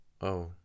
Oh